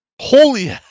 Holy